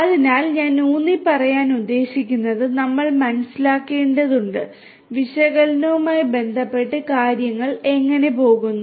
അതിനാൽ ഞാൻ ഉന്നിപ്പറയാൻ ഉദ്ദേശിക്കുന്നത് നമ്മൾ മനസ്സിലാക്കേണ്ടതുണ്ട് വിശകലനവുമായി ബന്ധപ്പെട്ട് കാര്യങ്ങൾ എങ്ങനെ പോകുന്നു